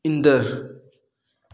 ꯏꯟꯗꯔ